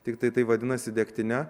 tiktai tai vadinasi degtine